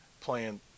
playing